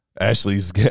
Ashley's